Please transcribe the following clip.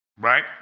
right